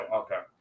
okay